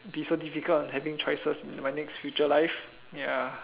be so difficult on having choices in my next future life ya